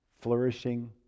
flourishing